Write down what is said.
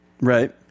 Right